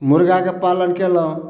मुर्गाके पालन केलहुॅं